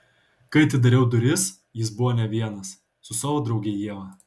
kai atidariau duris jis buvo ne vienas su savo drauge ieva